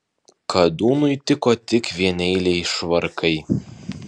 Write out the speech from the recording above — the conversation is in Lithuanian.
kadūnui tiko tik vieneiliai švarkai